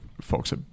folks